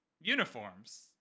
uniforms